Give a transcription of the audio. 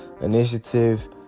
initiative